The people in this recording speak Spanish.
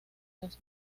las